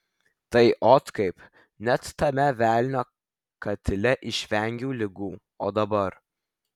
tai ot kaip net tame velnio katile išvengiau ligų o dabar